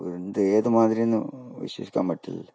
എന്ത് ഏത് മാതിരിയൊന്നും വിശ്വസിക്കാൻ പറ്റലില്ല